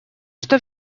что